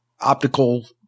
optical